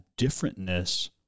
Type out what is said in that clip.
differentness